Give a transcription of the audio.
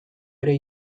ere